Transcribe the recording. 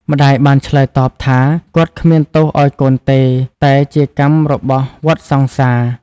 ម្តាយបានឆ្លើយតបថា គាត់គ្មានទោសឱ្យកូនទេ តែជាកម្មរបស់វដ្តសង្សារ។